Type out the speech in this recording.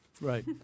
right